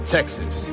Texas